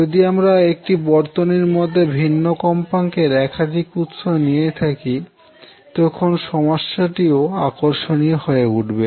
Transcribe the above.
যদি আমরা একটি বর্তনীর মধ্যে ভিন্ন কম্পাঙ্কের একাধিক উৎস নিয়ে থাকি তখন সমস্যাটিও আকর্ষণীয় হয়ে উঠবে